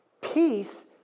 peace